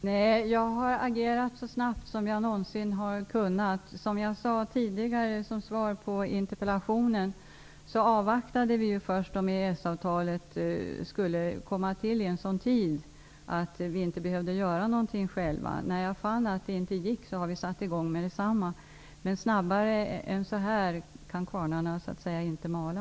Fru talman! Jag har agerat så snabbt som jag någonsin har kunnat. Som jag tidigare sade, som svar på den interpellation som ställdes, avvaktade vi om EES-avtalet skulle träda i kraft i sådan tid att vi inte behövde göra någonting själva. När jag fann att det inte gick, satte vi i gång med detsamma. Snabbare än så kan kvarnarna inte mala.